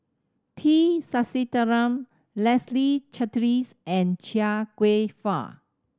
T Sasitharan Leslie Charteris and Chia Kwek Fah